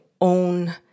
own